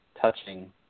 touching